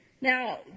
Now